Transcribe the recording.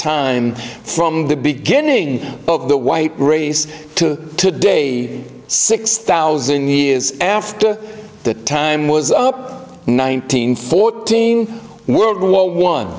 time from the beginning of the white race to day six thousand years after the time was up nineteen fourteen world war one